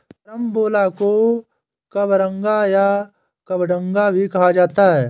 carambola को कबरंगा या कबडंगा भी कहा जाता है